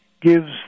gives